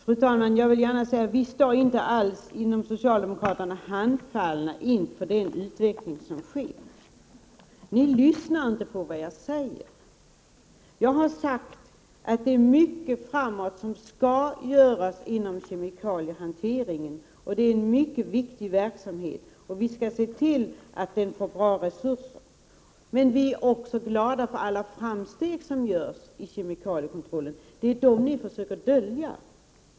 Fru talman! Jag vill gärna säga att vi socialdemokrater inte alls står handfallna inför den utveckling som sker. Ni lyssnar inte på vad jag säger. Jag har sagt att det är mycket inom kemikaliehanteringen som skall åstadkommas framöver. Det är en mycket viktig verksamhet och vi skall se till att den får bra resurser. Men vi är också glada över alla framsteg som görs när det gäller kemikaliekontrollen. Det är dessa som ni försöker att dölja.